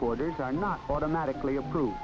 quarters are not automatically approved